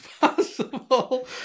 possible